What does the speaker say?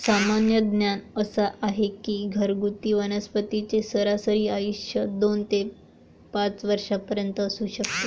सामान्य ज्ञान असा आहे की घरगुती वनस्पतींचे सरासरी आयुष्य दोन ते पाच वर्षांपर्यंत असू शकते